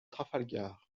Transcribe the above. trafalgar